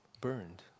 burned